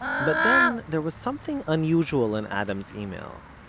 but then there was something unusual in adam's email.